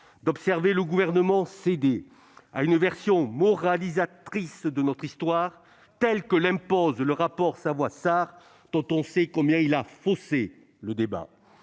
d'observer le Gouvernement céder à une vision moralisatrice de notre histoire, tel que l'impose le rapport Savoy-Sarr, dont on sait combien il a faussé le débat.